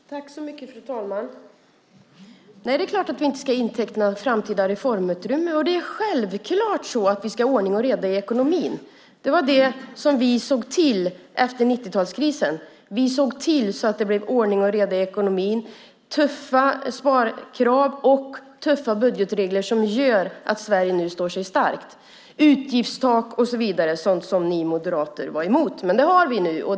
Fru talman! Det är klart att vi inte ska inteckna framtida reformutrymme, och vi ska självklart ha ordning och reda i ekonomin. Det var vad vi såg till att göra efter 90-talskrisen. Vi såg till att det blev ordning och reda i ekonomin med tuffa sparkrav och tuffa budgetregler, något som nu gör att Sverige står sig starkt. Det var utgiftstak och så vidare, sådant som ni moderater var emot. Det har vi nu.